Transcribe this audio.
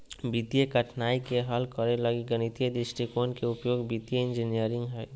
वित्तीय कठिनाइ के हल करे लगी गणितीय दृष्टिकोण के उपयोग वित्तीय इंजीनियरिंग हइ